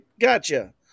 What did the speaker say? Gotcha